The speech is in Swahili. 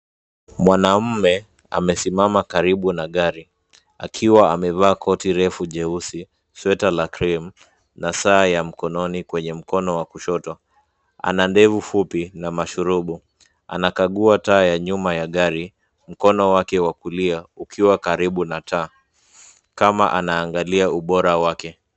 Mwanaume amesimama karibu na gari, akiwa amevaa koti refu jeusi, sweta la krimu na saa ya mkononi kwenye mkono wa kushoto. Ana ndevu fupi na masharubu. Anakagua taa ya nyuma ya gari, mkono wake wa kulia ukiwa karibu na taa, kama anaangalia ubora wake.